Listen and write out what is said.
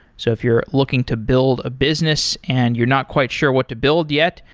so if you're looking to build a business and you're not quite sure what to build yet,